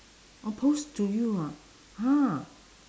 oh post to you ah ha